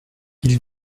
ils